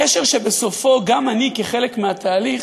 קשר שבסופו גם אני, כחלק מהתהליך,